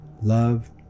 Love